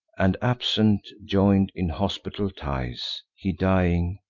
and, absent, join'd in hospitable ties he, dying,